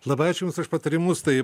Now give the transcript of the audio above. labai ačiū jums už patarimus tai